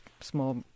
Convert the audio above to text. small